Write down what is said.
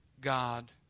God